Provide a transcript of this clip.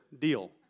Deal